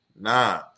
Nah